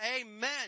Amen